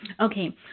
Okay